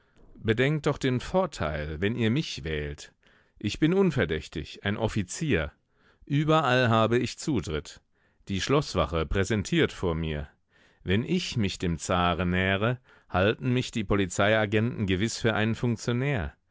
bedenkt doch den vorteil wenn ihr mich wählt ich bin unverdächtig ein offizier überall habe ich zutritt die schloßwache präsentiert vor mir wenn ich mich dem zaren nähere halten mich die polizeiagenten gewiß für einen funktionär